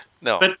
No